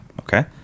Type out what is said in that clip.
Okay